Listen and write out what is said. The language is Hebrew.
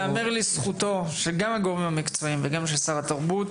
ייאמר לזכותו שגם הגורמים המקצועיים וגם של שר התרבות,